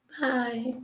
Bye